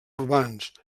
urbans